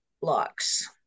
blocks